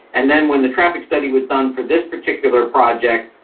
and then when the traffic study was done for this particular project,